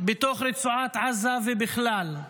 בתוך רצועת עזה ובכלל.